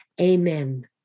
Amen